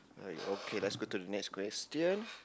ya okay let's go to the next question